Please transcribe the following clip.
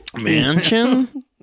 mansion